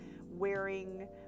wearing